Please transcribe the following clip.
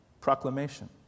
proclamation